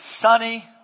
sunny